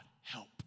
help